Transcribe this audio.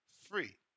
free